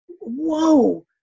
whoa